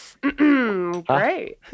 Great